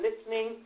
listening